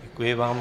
Děkuji vám.